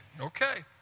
Okay